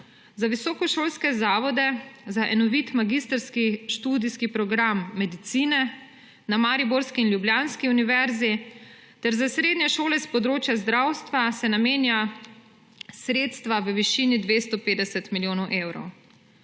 Za visokošolske zavode, za enovit magistrski študijski program medicine na mariborski in ljubljanski univerzi ter za srednje šole s področja zdravstva se namenja sredstva v višini 250 milijonov evrov.